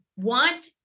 want